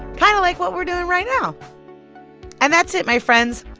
kind of like what we're doing right now and that's it, my friends.